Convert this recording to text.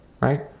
right